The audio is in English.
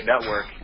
network